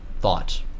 thought